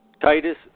Titus